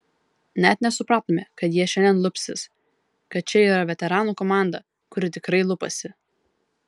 net nesupratome kad jie šiandien lupsis kad čia yra veteranų komanda kuri tikrai lupasi